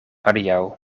adiaŭ